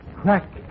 Crack